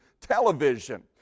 television